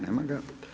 Nema ga.